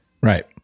Right